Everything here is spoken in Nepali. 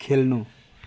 खेल्नु